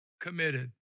committed